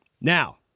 Now